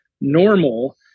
normal